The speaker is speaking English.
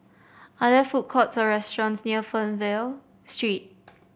are there food courts or restaurants near Fernvale Street